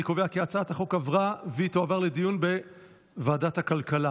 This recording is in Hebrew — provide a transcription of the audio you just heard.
אני קובע כי הצעת החוק עברה והיא תעבור להמשך דיון בוועדת הכלכלה.